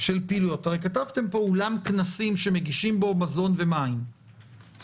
הרי כתבתם פה אולם כנסים שמגישים בו מזון ומשקאות,